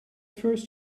first